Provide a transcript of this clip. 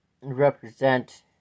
represent